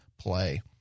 play